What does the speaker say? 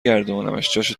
گردونمش، جاشو